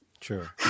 Sure